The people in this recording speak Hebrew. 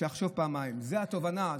זו התובנה,